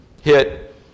hit